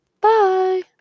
bye